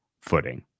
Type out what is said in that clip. footing